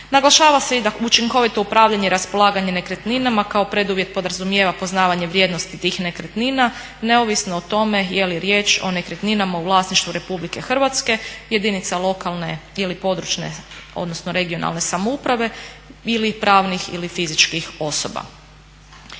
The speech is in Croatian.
Naglašava se i da učinkovito upravljanje i raspolaganje nekretninama kao preduvjet podrazumijeva poznavanje vrijednosti tih nekretnina neovisno o tome je li riječ o nekretninama u vlasništvu RH, jedinica lokalne ili područne odnosno regionalne samouprave ili pravnih ili fizičkih osoba.